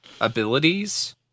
abilities